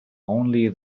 only